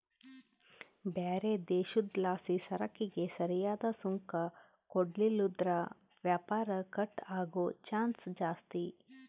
ಬ್ಯಾರೆ ದೇಶುದ್ಲಾಸಿಸರಕಿಗೆ ಸರಿಯಾದ್ ಸುಂಕ ಕೊಡ್ಲಿಲ್ಲುದ್ರ ವ್ಯಾಪಾರ ಕಟ್ ಆಗೋ ಚಾನ್ಸ್ ಜಾಸ್ತಿ